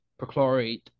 perchlorate